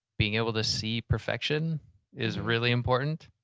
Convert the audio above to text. being able to see perfection is really important.